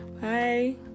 bye